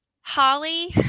Holly